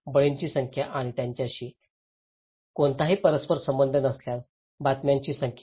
बळींची संख्या आणि त्यांच्याशी कोणताही परस्पर संबंध नसल्याच्या बातम्यांची संख्या